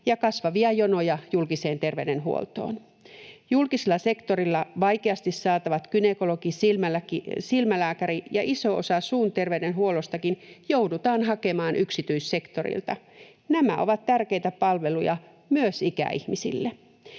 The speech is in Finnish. ja kasvavia jonoja julkiseen terveydenhuoltoon. Julkisella sektorilla vaikeasti saatavat gynekologi‑ ja silmälääkäripalvelut ja iso osa suun terveydenhuollostakin joudutaan hakemaan yksityissektorilta. Nämä ovat tärkeitä palveluja myös ikäihmisille.